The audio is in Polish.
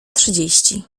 trzydzieści